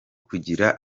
kugira